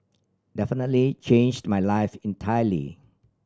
definitely changed my life entirely